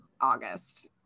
august